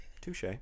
Touche